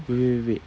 wait wait wait